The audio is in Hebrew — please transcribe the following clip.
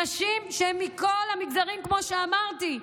נשים שהן מכל המגזרים, כמו שאמרתי.